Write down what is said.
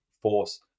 force